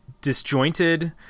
disjointed